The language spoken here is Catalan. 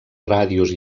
ràdios